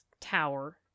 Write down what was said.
tower